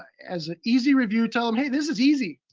as an easy review. tell them, hey, this is easy.